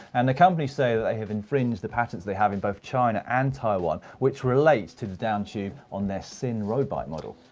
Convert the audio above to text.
and the company says they have infringed on the patents they have in both china and taiwan, which relates to the down tube on their ascend road bike model.